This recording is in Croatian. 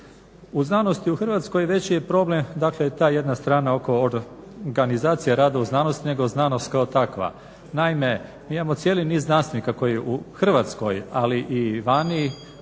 U znanosti u Hrvatskoj veći je problem, dakle ta jedna strana oko organizacije rada u znanosti nego znanost kao takva. Naime, mi imamo cijeli niz znanstvenika koji u Hrvatskoj ali i vani